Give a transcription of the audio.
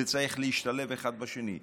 זה צריך להשתלב אחד עם השני,